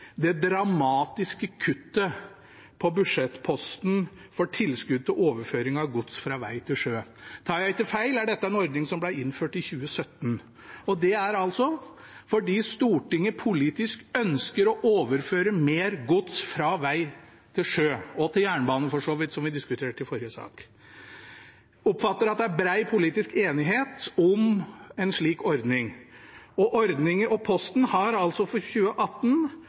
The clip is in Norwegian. det dramatiske kuttet på budsjettposten for tilskudd til overføring av gods fra veg til sjø. Tar jeg ikke feil, er dette en ordning som ble innført i 2017, og det er fordi Stortinget politisk ønsker å overføre mer gods fra vei til sjø – og for så vidt til jernbane, som vi diskuterte i forrige sak. Jeg oppfatter at det er bred politisk enighet om en slik ordning, og ordningen og posten har for 2018